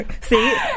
See